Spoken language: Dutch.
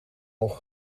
nog